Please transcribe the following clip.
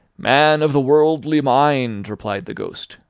man of the worldly mind! replied the ghost,